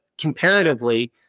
comparatively